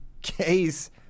case